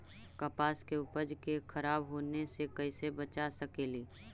कपास के उपज के खराब होने से कैसे बचा सकेली?